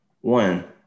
one